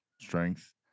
strength